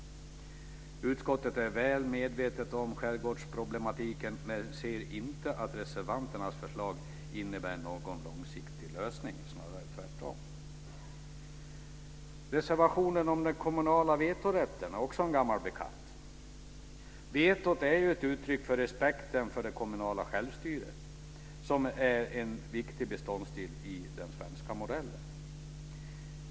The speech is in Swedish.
Utskottet är väl medvetet om skärgårdsproblematiken men ser inte att reservanternas förslag innebär någon långsiktig lösning, snarare tvärtom. Reservationen om den kommunala vetorätten är också en gammal bekant. Vetot är ett uttryck för respekten för det kommunala självstyret, som är en viktig beståndsdel i den svenska modellen.